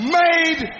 made